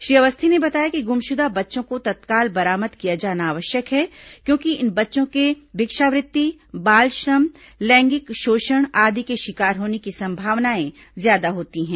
श्री अवस्थी ने बताया कि गुमशुदा बच्चों को तत्काल बरामद किया जाना आवश्यक है क्योंकि इन बच्चों के भिक्षावृत्ति बाल श्रम लैंगिक शोषण आदि के शिकार होने की संभावनाएं ज्यादा होती हैं